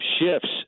shifts